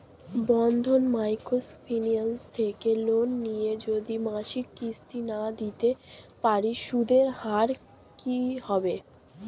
বন্ধন micro finance থেকে loan নিয়ে যদি মাসিক কিস্তি না দিতে পারি সুদের হার কি হবে?